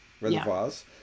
Reservoirs